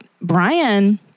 Brian